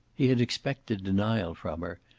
he had expected denial from her,